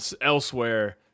elsewhere